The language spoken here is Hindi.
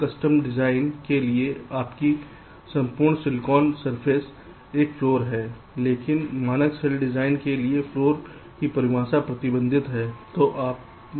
पूर्ण कस्टम डिजाइन के लिए आपकी संपूर्ण सिलिकॉन सतह एक फ्लोर है लेकिन मानक सेल डिजाइन के लिए फ्लोर की परिभाषा प्रतिबंधित है